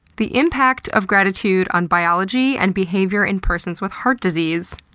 the impact of gratitude on biology and behavior in persons with heart disease.